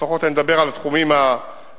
לפחות אני מדבר על התחומים האזרחיים.